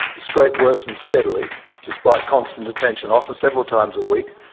the scrape worsened steadily despite constant attention, often several times a week,